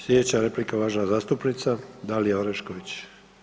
Slijedeća replika, uvažena zastupnica Dalija Orešković.